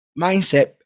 mindset